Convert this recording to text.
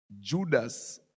judas